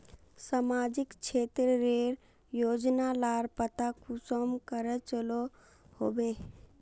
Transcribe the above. सामाजिक क्षेत्र रेर योजना लार पता कुंसम करे चलो होबे?